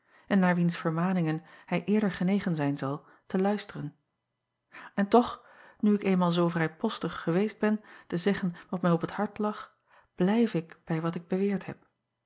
en naar wiens vermaningen hij eerder genegen zijn zal te luisteren n toch nu ik eenmaal zoo vrijpostig geweest ben te zeggen wat mij op het hart lag blijf ik bij wat ik beweerd heb